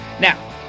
Now